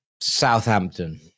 Southampton